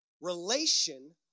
relation